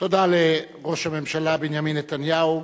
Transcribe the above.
תודה לראש הממשלה בנימין נתניהו.